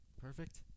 Perfect